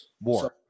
More